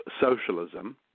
socialism